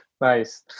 Nice